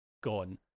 gone